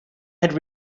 had